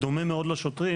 בדומה מאוד לשוטרים,